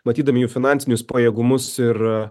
matydami jų finansinius pajėgumus ir